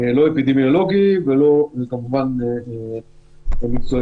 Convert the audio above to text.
אפידמיולוגיים ולא על שום דבר